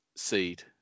seed